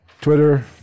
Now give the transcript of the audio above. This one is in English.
twitter